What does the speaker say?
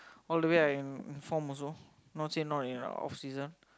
all the way I am informed also not say not in a off season